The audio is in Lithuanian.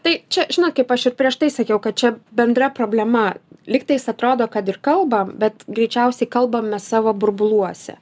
tai čia žinot kaip aš ir prieš tai sakiau kad čia bendra problema lygtais atrodo kad ir kalbam bet greičiausiai kalbame savo burbuluose